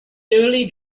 nearly